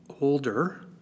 older